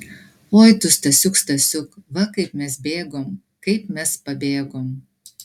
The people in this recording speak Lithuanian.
oi tu stasiuk stasiuk va kaip mes bėgom kaip mes pabėgom